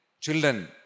children